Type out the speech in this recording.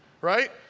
Right